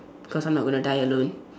cause I'm not gonna die alone